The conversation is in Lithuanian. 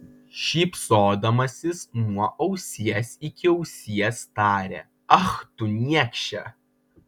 šypsodamasis nuo ausies iki ausies tarė ach tu niekše